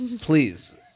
please